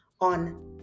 on